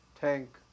tank